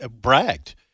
bragged